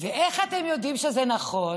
ואיך אתם יודעים שזה נכון?